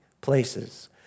places